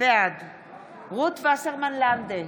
בעד רות וסרמן לנדה,